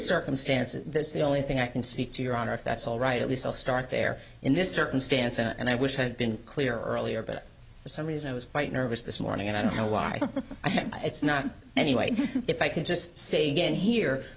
circumstance and this is the only thing i can see to your honor if that's all right at least i'll start there in this circumstance and i wish i had been clear earlier but for some reason i was quite nervous this morning and i don't know why it's not anyway if i can just say again here